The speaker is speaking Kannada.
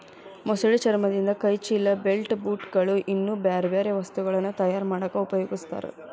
ಮೊಸಳೆ ಚರ್ಮದಿಂದ ಕೈ ಚೇಲ, ಬೆಲ್ಟ್, ಬೂಟ್ ಗಳು, ಇನ್ನೂ ಬ್ಯಾರ್ಬ್ಯಾರೇ ವಸ್ತುಗಳನ್ನ ತಯಾರ್ ಮಾಡಾಕ ಉಪಯೊಗಸ್ತಾರ